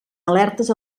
alertes